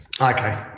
Okay